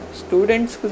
students